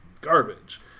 garbage